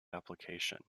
application